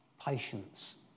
patience